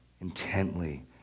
intently